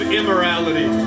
immorality